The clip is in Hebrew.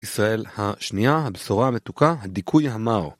ישראל השנייה, הבשורה המתוקה, הדיכוי המר